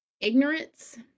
ignorance